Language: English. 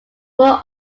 were